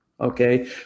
Okay